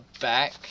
back